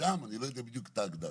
ומונשם - אני לא יודע בדיוק את ההגדרה.